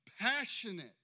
passionate